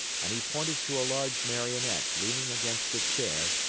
and he pointed to a large marionette leaning against a chair,